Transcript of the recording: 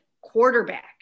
quarterback